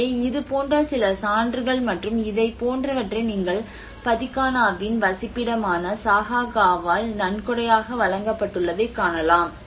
எனவே இது போன்ற சில சான்றுகள் மற்றும் இதைப் போன்றவற்றை நீங்கள் பதிகானாவின் வசிப்பிடமான சாகாகாவால் நன்கொடையாக வழங்கப்பட்டுள்ளதை காணலாம்